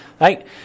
Right